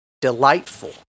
delightful